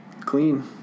clean